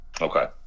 okay